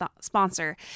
sponsor